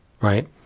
right